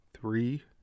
three